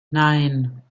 nein